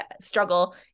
struggle